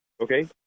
Okay